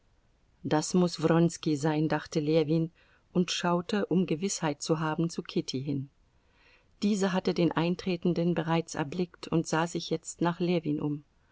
das muß wronski sein dachte ljewin und schaute um gewißheit zu haben zu kitty hin diese hatte den eintretenden bereits erblickt und sah sich jetzt nach ljewin um